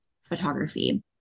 photography